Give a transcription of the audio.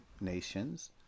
nations